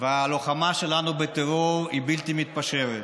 והלוחמה שלנו בטרור היא בלתי מתפשרת.